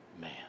man